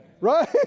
Right